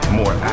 more